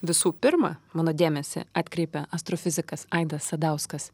visų pirma mano dėmesį atkreipia astrofizikas aidas sadauskas